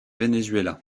venezuela